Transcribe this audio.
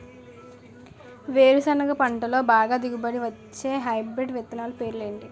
వేరుసెనగ పంటలో బాగా దిగుబడి వచ్చే హైబ్రిడ్ విత్తనాలు పేర్లు ఏంటి?